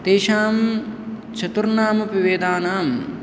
तेषां चतुर्णामपि वेदानां